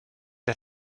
had